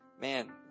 man